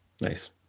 Nice